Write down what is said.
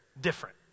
different